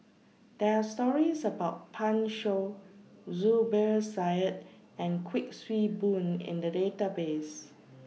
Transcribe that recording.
There Are stories about Pan Shou Zubir Said and Kuik Swee Boon in The Database